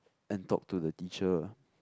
and talk to the teacher